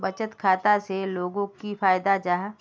बचत खाता से लोगोक की फायदा जाहा?